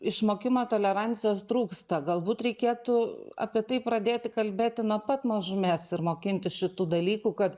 išmokimo tolerancijos trūksta galbūt reikėtų apie tai pradėti kalbėti nuo pat mažumės ir mokintis šitų dalykų kad